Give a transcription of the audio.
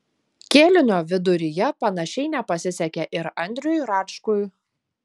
kėlinio viduryje panašiai nepasisekė ir andriui račkui